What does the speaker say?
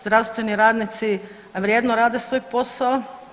Zdravstveni radnici vrijedno rade svoj posao.